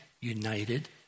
united